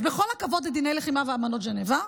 אז עם כל הכבוד לדיני לחימה ואמנות ז'נבה,